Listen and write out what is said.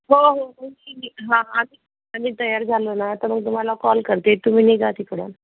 हो हो हं आम्ही तयार झालो ना तर मग तुम्हाला कॉल करते तुम्ही निघा तिकडून